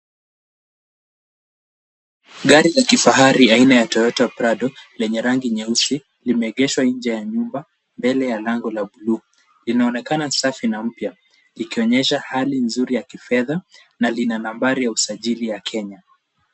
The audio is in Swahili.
Gari la kifahari aina ya Toyota Prado lenye rangi nyeusi limeegeshwa nje ya nyumba mbele ya lango la bluu. Linaonekana safi na mpya likionyesha hali nzuri ya kifedha na lina nambari ya usajili ya Kenya.